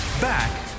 Back